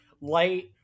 light